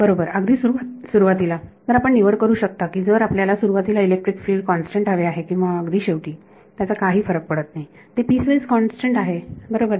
बरोबर अगदी सुरुवातीला तर आपण निवड करू शकता की जर आपल्याला सुरुवातीला इलेक्ट्रिक फिल्ड कॉन्स्टंट हवे आहे किंवा अगदी शेवटी त्याचा काही फरक पडत नाही ते पीसवाईज कॉन्स्टंट आहे बरोबर